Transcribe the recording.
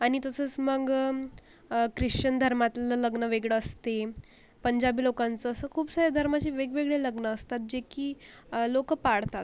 आणि तसंच मग ख्रिश्चन धर्मातलं लग्न वेगळं असते पंजाबी लोकांचं असं खूप साऱ्या धर्माचे वेगवेगळे लग्न असतात जे की लोकं पाळतात